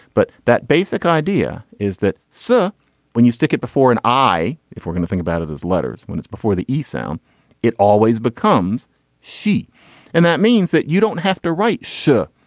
but that basic idea is that sir when you stick it before an eye if we're gonna think about it as letters when it's before the e sound it always becomes shi and that means that you don't have to write. sure.